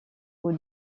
aux